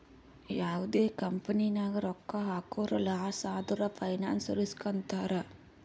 ಯಾವ್ದೇ ಕಂಪನಿ ನಾಗ್ ರೊಕ್ಕಾ ಹಾಕುರ್ ಲಾಸ್ ಆದುರ್ ಫೈನಾನ್ಸ್ ರಿಸ್ಕ್ ಅಂತಾರ್